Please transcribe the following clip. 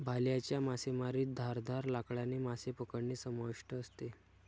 भाल्याच्या मासेमारीत धारदार लाकडाने मासे पकडणे समाविष्ट असते